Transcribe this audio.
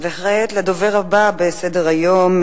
וכעת לדובר הבא בסדר-היום,